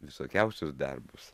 visokiausius darbus